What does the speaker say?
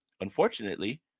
Unfortunately